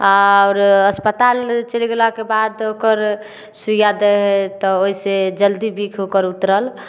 आओर अस्पताल चलि गेलाके बाद ओकर सूइयाँ दै है तऽ ओहिसे जल्दी बिष ओकर उतरल